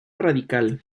radical